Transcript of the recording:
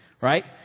right